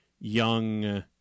young